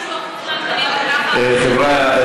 80% ומשהו מהתקנים הם גם ככה, חבריא,